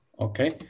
Okay